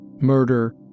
murder